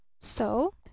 So